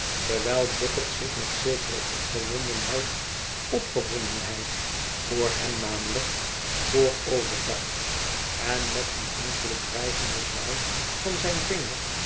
terwijl bucket zich met zekere opgewondenheid opgewondenheid voor hem namelijk vooroverbuigt en met een enkelen dreigenden zwaai van zijn vinger